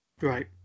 Right